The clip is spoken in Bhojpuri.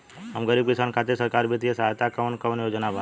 हम गरीब किसान खातिर सरकारी बितिय सहायता के कवन कवन योजना बा?